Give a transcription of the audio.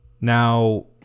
Now